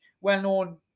well-known